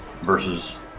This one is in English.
versus